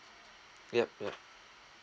yup yup